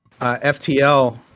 FTL